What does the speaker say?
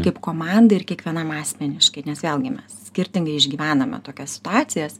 kaip komandai ir kiekvienam asmeniškai nes vėlgi mes skirtingai išgyvename tokias situacijas